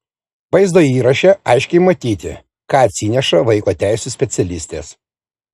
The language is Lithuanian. vaizdo įraše aiškiai matyti ką atsineša vaiko teisių specialistės